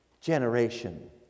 generation